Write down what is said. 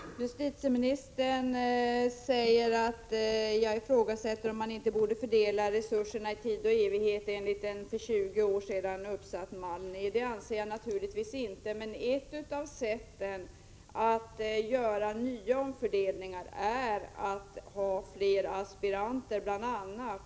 Herr talman! Justitieministern säger att jag ifrågasätter om man inte borde fördela resurserna i tid och evighet enligt en för 20 år sedan uppsatt mall. Det anser jag naturligtvis inte. Men ett av sätten att göra nya omfördelningar är att ta in fler aspiranter.